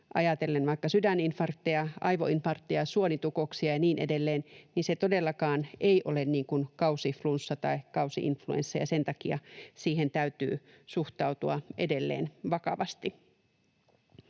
ajatellen vaikka sydäninfarkteja, aivoinfarkteja, suonitukoksia ja niin edelleen, se ei todellakaan ole niin kuin kausiflunssa tai kausi- influenssa. Sen takia siihen täytyy suhtautua edelleen vakavasti.